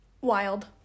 wild